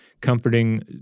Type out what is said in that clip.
comforting